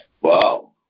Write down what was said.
Wow